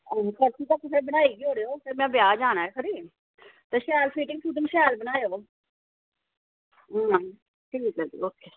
परसों तक तुस बनाई गै ओड़ेओ फिर में ब्याह् जाना ऐ खरी ते शैल फिटिंग शिटिंग शैल बनाए ओ हां ठीक ऐ जी ओके